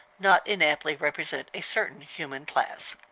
not inaptly represent a certain human class.